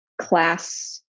class